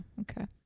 okay